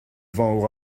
vent